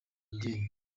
mubyeyi